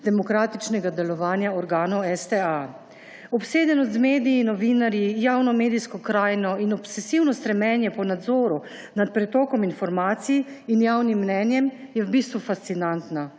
demokratičnega delovanja organov STA. Obsedenost z mediji, novinarji, javno medijsko krajino in obsesivno stremljenje po nadzoru nad pretokom informacij in javnim mnenjem sta v bistvu fascinantna.